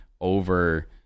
over